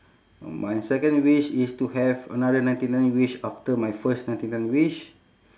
my second wish is to have another ninety nine wish after my first ninety nine wish